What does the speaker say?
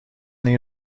این